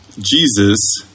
Jesus